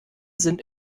sind